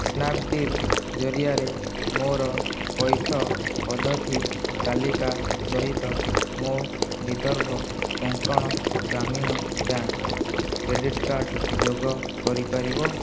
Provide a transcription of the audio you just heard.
Snapdeal ଜରିଆରେ ମୋର ପଇଠ ପଦ୍ଧତି ତାଲିକା ସହିତ ମୋ Vidarbha Konkan Gramin bank credit card ଯୋଗ କରିପାରିବ